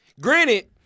Granted